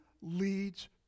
leads